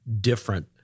different